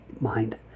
mind